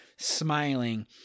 smiling